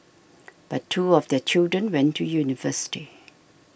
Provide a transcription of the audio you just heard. but two of their children went to university